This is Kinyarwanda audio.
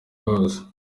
wose